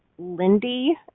Lindy